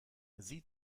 sie